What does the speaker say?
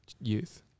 youth